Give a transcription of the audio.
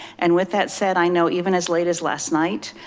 and with that said, i know even as late as last night,